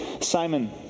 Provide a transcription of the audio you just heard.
Simon